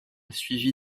suivi